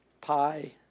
pie